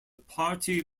party